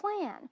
plan